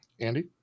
Andy